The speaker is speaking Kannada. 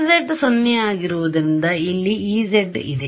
Hz ಸೊನ್ನೆಯಾಗಿರುವುದರಿಂದ ಇಲ್ಲಿ Ez ಇದೆ